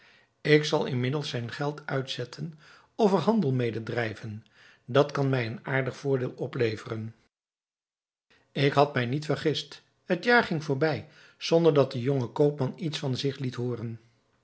ik zal inmiddels zijn geld uitzetten of er handel mede drijven dat kan mij een aardig voordeel opleveren ik had mij niet vergist het jaar ging voorbij zonder dat de jonge koopman iets van zich liet hooren